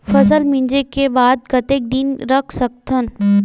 फसल मिंजे के बाद कतेक दिन रख सकथन?